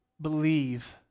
believe